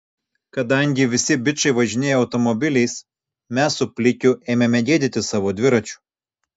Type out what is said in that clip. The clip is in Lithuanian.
kadangi visi bičai važinėjo automobiliais mes su plikiu ėmėme gėdytis savo dviračių